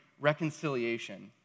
reconciliation